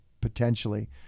potentially